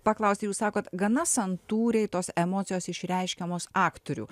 paklausti jūs sakot gana santūriai tos emocijos išreiškiamos aktorių